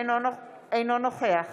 אינו נוכח